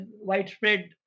widespread